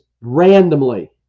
randomly